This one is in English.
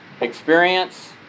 experience